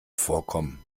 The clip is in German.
vorkommen